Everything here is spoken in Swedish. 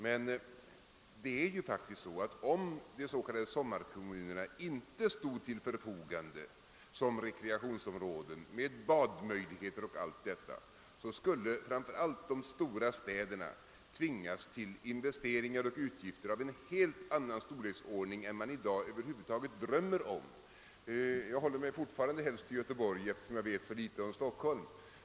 Men om de s.k. sommarkommunerna inte stod till förfogande som rekreationsområden med badmöjligheter och annat skulle framför allt de stora städerna tvingas till investeringar och utgifter av en helt annan storleksordning än man i dag över huvud taget drömmer om. Jag håller mig fortfarande helst till Göteborg, eftersom jag vet så litet om Stockholm.